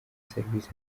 serivisi